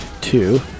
two